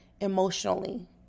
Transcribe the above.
emotionally